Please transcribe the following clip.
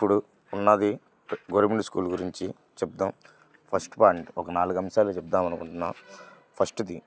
ఇప్పుడు ఉన్నది government school గురించి చెప్దాము ఫస్ట్ పాయింట్ ఒక నాలుగు అంశాలు చెప్దాము అనుకుంటున్నాను ఫస్ట్ది